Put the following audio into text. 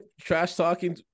trash-talking